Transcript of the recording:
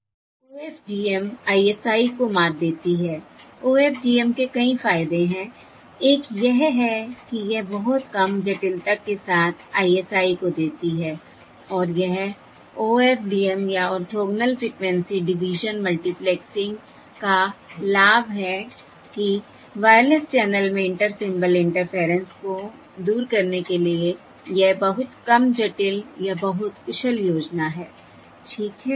OFDM ISI को मात देती है OFDM के कई फायदे हैं एक यह है कि यह बहुत कम जटिलता के साथ ISI को देती है और यह OFDM या ऑर्थोगोनल फ्रिक्वेंसी डिवीजन मल्टीप्लेक्सिंग का लाभ है कि वायरलेस चैनल में इंटर सिंबल इंटरफेयरेंस को दूर करने के लिए यह बहुत कम जटिल या बहुत कुशल योजना है ठीक है